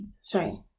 Sorry